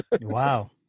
Wow